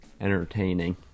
entertaining